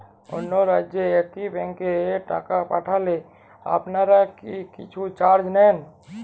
অন্য রাজ্যের একি ব্যাংক এ টাকা পাঠালে আপনারা কী কিছু চার্জ নেন?